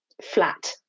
flat